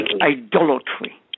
idolatry